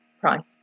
Price